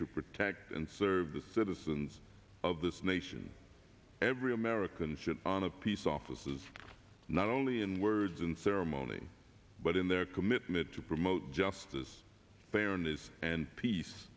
to protect and serve the citizens of this nation every american should on a peace officers not only in words in ceremony but in their commitment to promote justice fairness and peace